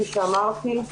כפי שאמרתי,